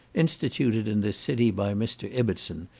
instituted in this city by mr. ibbertson,